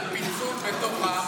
על פיצול בתוך העם,